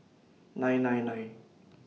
nine nine nine